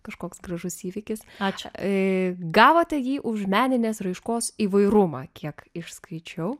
kažkoks gražus įvykis ačiū kai gavote jį už meninės raiškos įvairumą kiek išskaičiau